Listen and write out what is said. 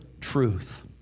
truth